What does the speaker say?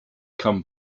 come